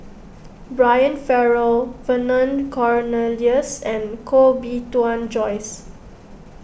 Brian Farrell Vernon Cornelius and Koh Bee Tuan Joyce